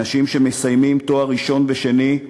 אנשים שמסיימים תואר ראשון ושני,